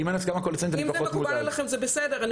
אם זה מקובל עליכם, זה בסדר.